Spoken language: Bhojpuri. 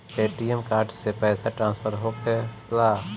ए.टी.एम कार्ड से पैसा ट्रांसफर होला का?